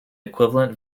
equivalent